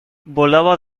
volaba